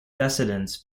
descendants